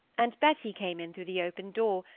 and betty came in through the open door,